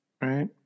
right